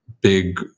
big